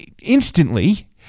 instantly